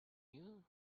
you